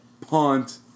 punt